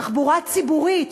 תחבורה ציבורית,